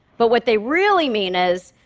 but what they really mean is,